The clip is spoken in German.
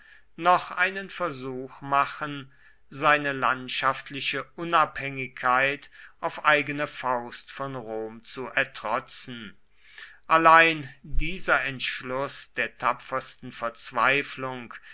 noch einen versuch machen seine landschaftliche unabhängigkeit auf eigene faust von rom zu ertrotzen allein dieser entschluß der tapfersten verzweiflung